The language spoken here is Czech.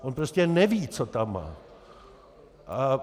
On prostě neví, co tam má.